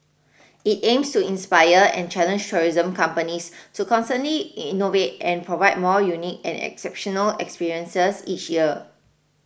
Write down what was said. it aims to inspire and challenge tourism companies to constantly innovate and provide more unique and exceptional experiences each year